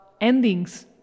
endings